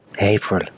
April